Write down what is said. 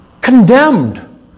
condemned